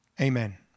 Amen